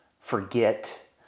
forget